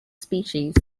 species